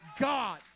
God